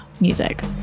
music